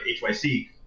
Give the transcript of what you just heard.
HYC